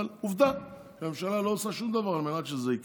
אבל עובדה שהממשלה לא עושה שום דבר על מנת שזה יקרה.